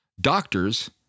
Doctors